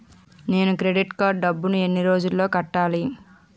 నేను credit card డబ్బును ఎన్ని రోజుల్లో తిరిగి కట్టాలి?